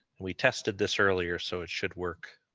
we tested this earlier so it should work,